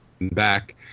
back